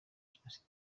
jenoside